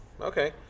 okay